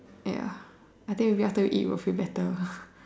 ya I think maybe after we eat we'll feel better